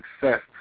success